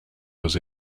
was